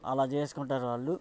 అలా చేసుకుంటారు వాళ్ళు